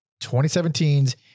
2017's